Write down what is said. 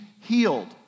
healed